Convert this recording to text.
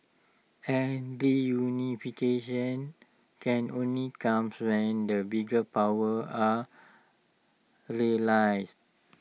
and reunification can only comes when the big powers are realised